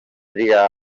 trigar